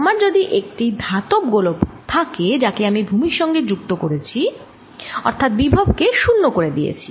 আমার যদি একটি ধাতব গোলক থাকে যাকে আমি ভুমির সঙ্গে যুক্ত করেছি অর্থাৎ বিভব কে 0 করে দিয়েছি